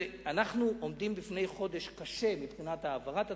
ואנחנו עומדים בפני חודש קשה מבחינת העברת התקציב,